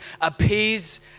appease